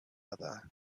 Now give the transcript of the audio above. other